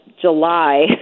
July